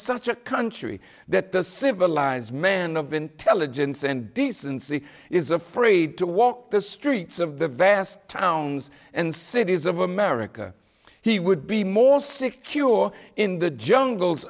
such a country that the civilized man of intelligence and decency is afraid to walk the streets of the vast towns and cities of america he would be more secure in the jungles